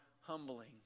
humbling